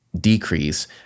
decrease